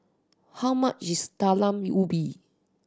how much is Talam Ubi